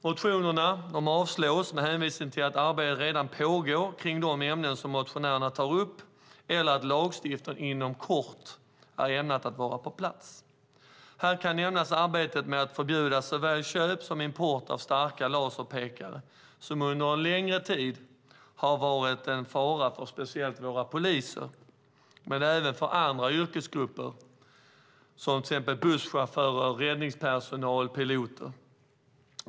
Motionerna avslås med hänvisning till att arbete redan pågår på de områden som motionärerna tar upp eller att lagstiftning inom kort är ämnad att vara på plats. Här kan nämnas arbetet med att förbjuda såväl köp som import av starka laserpekare, som under en längre tid har varit en fara för speciellt våra poliser men även för andra yrkesgrupper, till exempel busschaufförer, räddningspersonal och piloter.